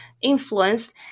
influenced